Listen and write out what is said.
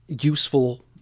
useful